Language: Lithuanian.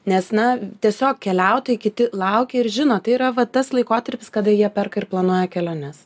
nes na tiesiog keliautojai kiti laukia ir žino tai yra va tas laikotarpis kada jie perka ir planuoja keliones